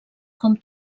com